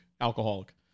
alcoholic